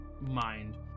mind